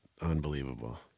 unbelievable